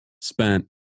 spent